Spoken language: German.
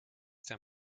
der